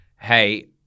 Hey